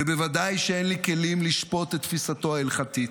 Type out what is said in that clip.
ובוודאי שאין לי כלים לשפוט את תפיסתו ההלכתית.